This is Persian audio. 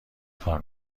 کار